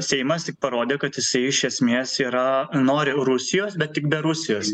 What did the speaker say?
seimas tik parodė kad jisai iš esmės yra nori rusijos bet tik be rusijos